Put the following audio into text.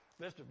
Mr